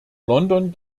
london